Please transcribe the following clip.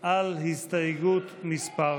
על הסתייגות מס'